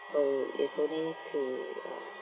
so it's only through uh